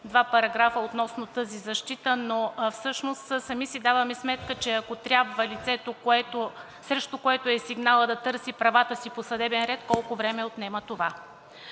два параграфа относно тази защита, но всъщност сами си даваме сметка, че ако трябва лицето, срещу което е сигналът, да търси правата си по съдебен ред, колко време отнема това?